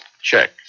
check